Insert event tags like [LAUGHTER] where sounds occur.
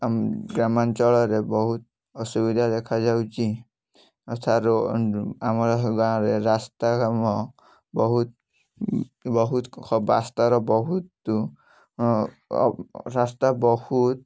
ଆମ ଗ୍ରାମାଞ୍ଚଳରେ ବହୁତ ଅସୁବିଧା ଦେଖାଯାଉଛି [UNINTELLIGIBLE] ଆମ ଗାଁରେ ରାସ୍ତା କାମ ବହୁତ ବହୁତ ଖ ରାସ୍ତାର ବହୁତ୍ ରାସ୍ତା ବହୁତ